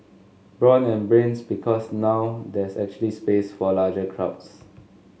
brawn and brains because now there's actually space for larger crowds